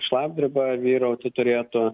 šlapdriba vyrauti turėtų